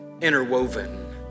interwoven